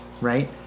right